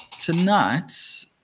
tonight